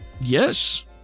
yes